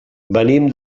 venim